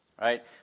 Right